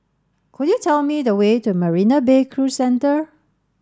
could you tell me the way to Marina Bay Cruise Centre